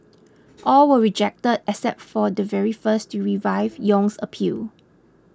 all were rejected except for the very first to revive Yong's appeal